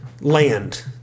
land